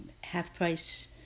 half-price